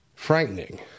Frightening